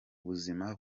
buzima